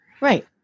Right